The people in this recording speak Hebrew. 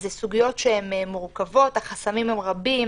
אלה סוגיות מורכבות, והחסמים רבים.